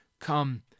Come